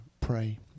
pray